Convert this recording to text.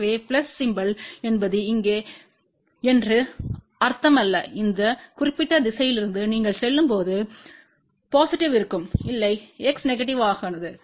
எனவே plus symbol என்பது இங்கே என்று அர்த்தமல்ல இந்த குறிப்பிட்ட திசையிலிருந்து நீங்கள் செல்லும்போது பொசிட்டிவ்யாக இருக்கும் இல்லை x நெகடிவ்யானது